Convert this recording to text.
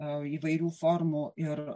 įvairių formų ir